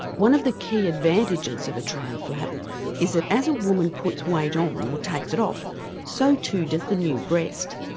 one of the key advantages of a tram flap is that as a woman puts weight on or takes it off so too does the new breast.